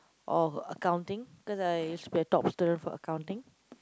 or accounting because I used to be a top student for accounting